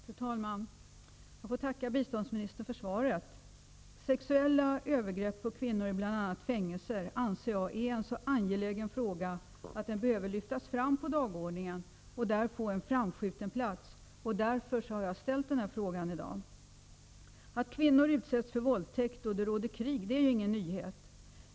Fru talman! Jag tackar biståndsministern för svaret. Sexuella övergrepp på kvinnor i bl.a. fängelser anser jag är en så angelägen fråga att den behöver lyftas fram på dagordningen och där få en framskjuten plats. Det är därför jag har ställt denna fråga i dag. Att kvinnor utsätts för våldtäkt när det råder krig är ingen nyhet.